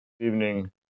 Evening